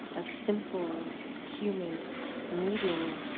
a simple humid meeting,